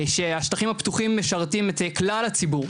שהשטחים הפתוחים משרתים את כלל הציבור,